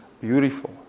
beautiful